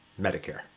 Medicare